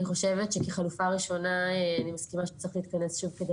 אני חושבת שכחלופה ראשונה אני מסכימה שצריך להתכנס שוב כדי